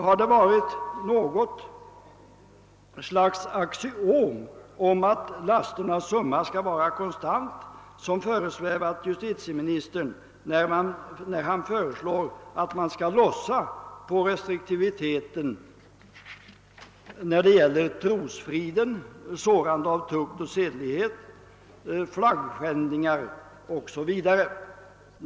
Har det varit något slags axiom att lasternas summa skall vara konstant som föresvävat justitieministern då han föreslagit att vi skall lossa på restriktiviteten när det gäller brott mot trosfrid, sårande av tukt och sedlighet och flaggskändning?